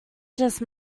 just